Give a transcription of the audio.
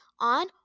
on